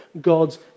God's